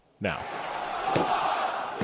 now